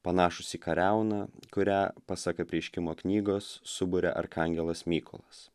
panašūs į kariauną kurią pasak apreiškimo knygos suburia arkangelas mykolas